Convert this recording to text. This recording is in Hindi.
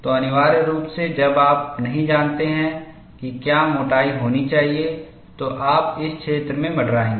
तो अनिवार्य रूप से जब आप नहीं जानते कि क्या मोटाई होनी चाहिए तो आप इस क्षेत्र में मँडराएंगे